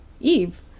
Eve